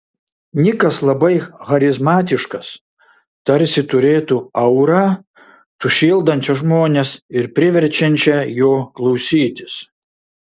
nikas labai charizmatiškas tarsi turėtų aurą sušildančią žmones ir priverčiančią jo klausytis